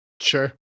Sure